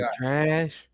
trash